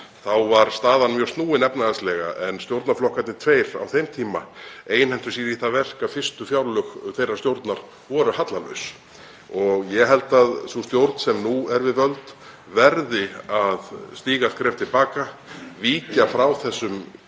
þá var staðan mjög snúin efnahagslega en stjórnarflokkarnir tveir á þeim tíma einhentu sér í það verk að fyrstu fjárlög þeirrar stjórnar voru hallalaus. Ég held að sú stjórn sem nú er við völd verði að stíga skref til baka, víkja frá þessum